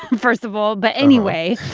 first of all. but anyway.